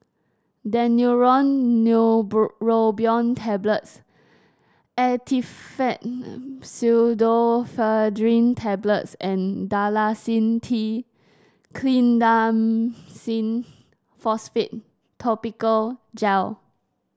Daneuron Tablets Actifed Pseudoephedrine Tablets and Dalacin T Clindamycin Phosphate Topical Gel